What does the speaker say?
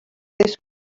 this